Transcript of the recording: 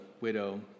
widow